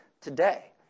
today